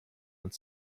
und